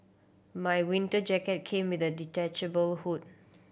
my winter jacket came with a detachable hood